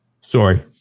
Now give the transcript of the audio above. Sorry